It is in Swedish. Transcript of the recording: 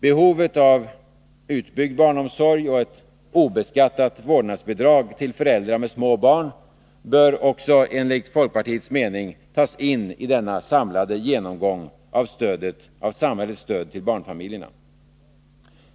Behovet av utbyggd barnomsorg och ett obeskattat vårdnadsbidrag till föräldrar med små barn bör också, enligt folkpartiets mening, tas in i denna samlade genomgång av samhällets stöd till barnfamiljerna.